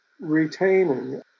retaining